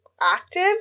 active